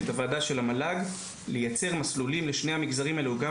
ואת הוועדה של המל"ג לייצר מסלולים לשני המגזרים האלה: גם